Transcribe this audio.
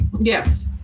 yes